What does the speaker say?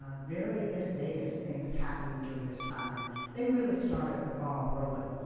ah very innovative things happened during this time. and they really started the ball rolling.